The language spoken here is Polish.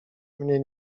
mnie